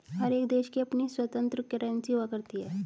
हर एक देश की अपनी स्वतन्त्र करेंसी हुआ करती है